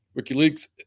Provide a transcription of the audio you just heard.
WikiLeaks